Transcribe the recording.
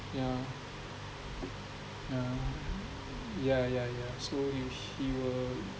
ya ya ya ya ya so he will